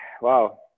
wow